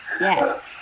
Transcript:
Yes